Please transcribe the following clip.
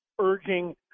urging